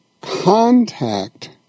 contact